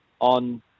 on